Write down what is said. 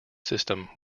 system